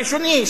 הראשוני,